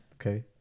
Okay